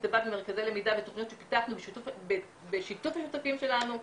זה בא במרכזי למידה בתכניות שפיתחנו בשיתוף השותפים שלנו,